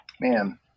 man